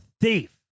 thief